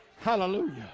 Hallelujah